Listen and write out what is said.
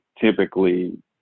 typically